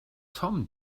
tom